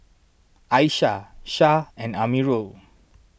Aishah Syah and Amirul